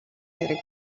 хэрэг